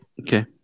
Okay